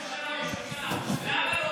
48 שעות, למה הוא לא,